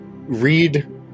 Read